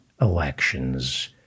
elections